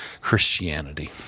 Christianity